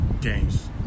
games